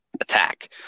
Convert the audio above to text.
attack